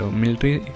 military